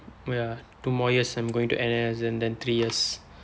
ya two more years I'm going to N_S and then three years